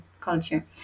culture